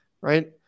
Right